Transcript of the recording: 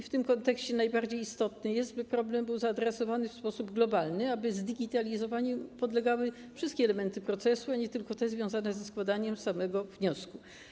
W tym kontekście najbardziej istotne jest, by problem był zaadresowany w sposób globalny - aby zdigitalizowaniu podlegały wszystkie elementy procesu, a nie tylko te związane ze składaniem samego wniosku.